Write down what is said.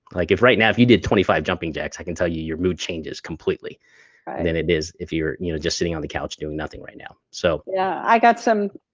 like if right now, if you did twenty five jumping jacks, i can tell you your mood changes completely than it is if you're you know just sitting on the couch doing nothing right now. so yeah i got some